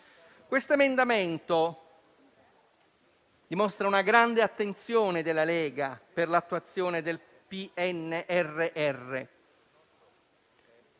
Questo emendamento dimostra una grande attenzione della Lega per l'attuazione del PNRR.